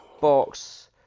box